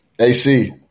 AC